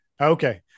Okay